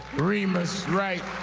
remus wright